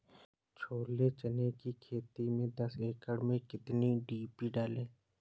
छोले चने की खेती में दस एकड़ में कितनी डी.पी डालें?